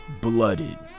blooded